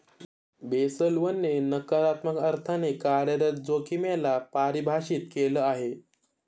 Basel one ने नकारात्मक अर्थाने कार्यरत जोखिमे ला परिभाषित केलं आहे